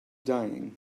dying